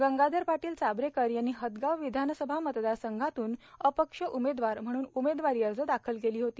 गंगाधर पाटील चाभरेकर यांनी हदगाव विधानसभा मतदारसंघातून अपक्ष उमेदवार म्हणून उमेदवारी दाखल केली होती